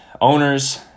owners